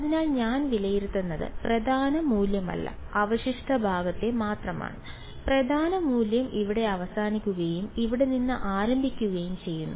അതിനാൽ ഞാൻ വിലയിരുത്തുന്നത് പ്രധാന മൂല്യമല്ല അവശിഷ്ട ഭാഗത്തെ മാത്രമാണ് പ്രധാന മൂല്യം ഇവിടെ അവസാനിക്കുകയും ഇവിടെ നിന്ന് ആരംഭിക്കുകയും ചെയ്യുന്നു